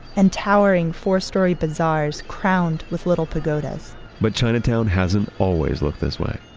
and towering four-story bazaars crowned with little pagodas but chinatown hasn't always looked this way.